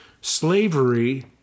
Slavery